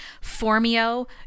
Formio